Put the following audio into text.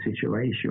situation